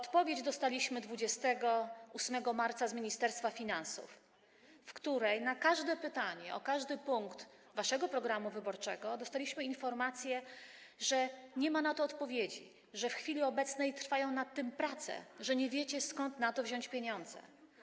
Dnia 28 marca z Ministerstwa Finansów dostaliśmy odpowiedź, w której na każde pytanie o każdy punkt waszego programu wyborczego dostaliśmy informację, że nie ma na to odpowiedzi, że w chwili obecnej trwają nad tym prace, że nie wiecie, skąd na to wziąć pieniądze.